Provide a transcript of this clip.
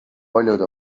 paljud